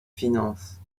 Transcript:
finances